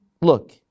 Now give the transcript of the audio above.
look